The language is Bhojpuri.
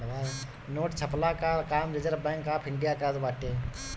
नोट छ्पला कअ काम रिजर्व बैंक ऑफ़ इंडिया करत बाटे